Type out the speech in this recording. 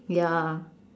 ya